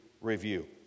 review